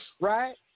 right